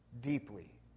deeply